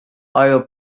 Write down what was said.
oil